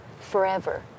forever